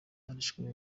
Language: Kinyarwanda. barishwe